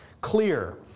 clear